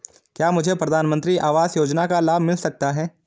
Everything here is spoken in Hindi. क्या मुझे प्रधानमंत्री आवास योजना का लाभ मिल सकता है?